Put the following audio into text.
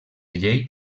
llei